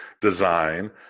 design